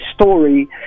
story